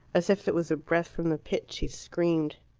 as if it was a breath from the pit, she screamed.